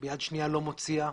ביד שנייה לא מוציאה,